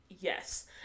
Yes